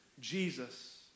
Jesus